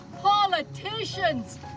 politicians